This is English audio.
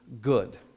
good